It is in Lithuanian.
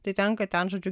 tai tenka ten žodžiu